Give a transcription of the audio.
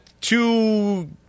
two